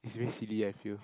it's very silly I feel